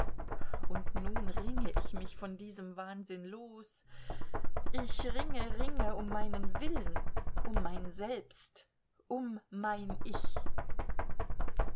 und nun ringe ich mich von diesem wahnsinn los ich ringe ringe um meinen willen um mein selbst um mein ich